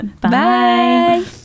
bye